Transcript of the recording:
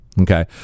okay